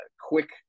quick